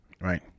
right